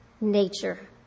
Nature